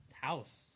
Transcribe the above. house